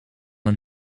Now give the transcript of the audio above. een